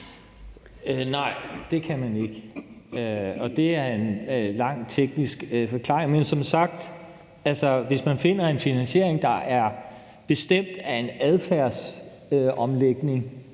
Nej, det kan man ikke, og det er der en lang teknisk forklaring på. Men hvis man som sagt finder en finansiering, der er bestemt af en adfærdsomlægning,